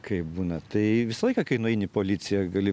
kaip būna tai visą laiką kai nueini į policiją gali